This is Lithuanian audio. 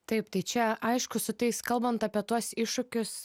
taip tai čia aišku su tais kalbant apie tuos iššūkius